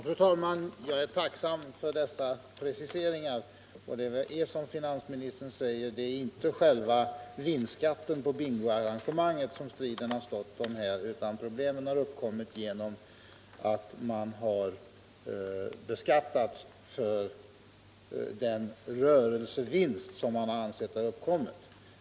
Fru talman! Jag är tacksam för dessa preciseringar. Som finansministern sade är det inte själva vinstbeskattningen på bingoarrangemangen som striden har stått om i detta fall, utan problemet har uppkommit därigenom att föreningen har beskattats för den rörelsevinst som anses ha uppkommit.